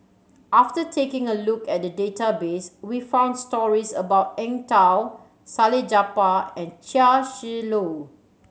after taking a look at the database we found stories about Eng Tow Salleh Japar and Chia Shi Lu